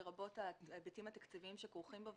לרבות ההיבטים התקציביים שכרוכים בו.